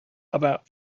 about